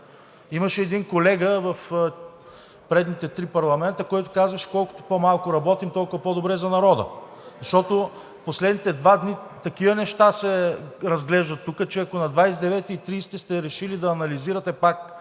Имаше един колега в предните три парламента, който казваше: колкото по-малко работим, толкова по-добре за народа. Защото в последните два дни такива неща се разглеждат тук, че ако на 29-и и 30-и сте решили да анализирате пак